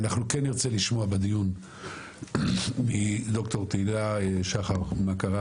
אנחנו כן נרצה לשמוע בדיון את ד"ר תהילה שחר מה קרה